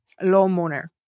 lawnmower